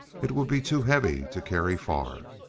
it will be too heavy to carry far.